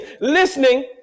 Listening